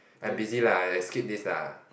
I am busy lah I skip this lah